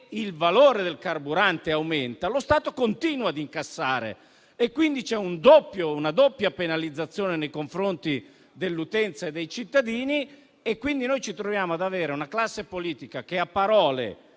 e il valore del carburante aumenta, lo Stato continua ad incassare e quindi c'è una doppia penalizzazione nei confronti dell'utenza e dei cittadini. Quindi, noi ci troviamo ad avere una classe politica che a parole